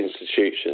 institutions